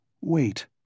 Wait